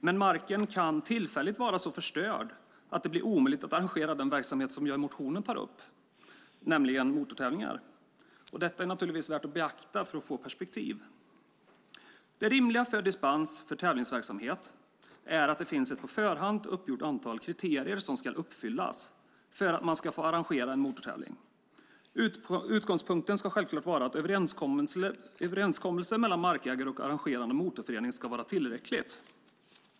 Men marken kan tillfälligt vara så förstörd att det är omöjligt att arrangera den verksamhet som jag tar upp i motionen, nämligen motortävlingar. Detta är värt att beakta för att få perspektiv. Det rimliga för dispens för tävlingsverksamhet är att det finns ett på förhand uppgjort antal kriterier som ska uppfyllas för att man ska få arrangera en motortävling. Utgångspunkten ska självklart vara att överenskommelsen mellan markägare och arrangerande motorförening ska vara tillräckligt.